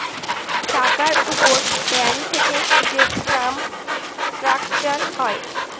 টাকার উপর ব্যাঙ্ক থেকে যে টার্ম স্ট্রাকচার হয়